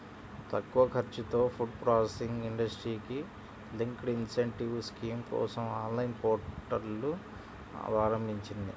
తక్కువ ఖర్చుతో food processing ఇండస్ట్రీకి లింక్డ్ ఇన్సెంటివ్ స్కీమ్ కోసం ఆన్లైన్ పోర్టల్ను ప్రారంభించింది